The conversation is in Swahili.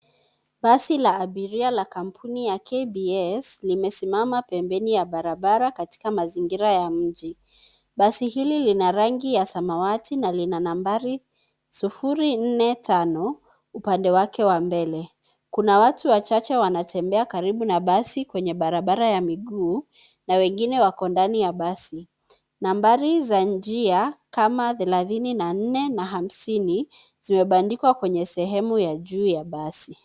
Basi la abiria la kampuni ya KBS limesimama pembeni mwa barabara katika mazingira ya mji. Basi hili ni la rangi ya samawati na lina nambari 045 upande wake wa mbele. Kuna watu wachache wanatembea karibu na basi kwenye barabara ya miguu na wengine wako ndani ya basi. Nambari za njia kama 34 na 50 zimebandikwa kwenye sehemu ya juu ya basi.